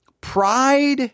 pride